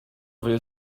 will